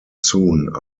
soon